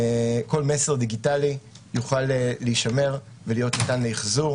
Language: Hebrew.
כל מסר דיגיטלי יוכל להישמר ולהיות ניתן לאחזור,